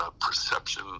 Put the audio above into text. perception